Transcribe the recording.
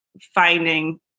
finding